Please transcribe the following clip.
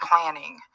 planning